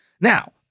Now